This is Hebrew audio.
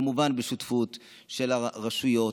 כמובן בשותפות של הרשויות,